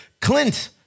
Clint